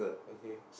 okay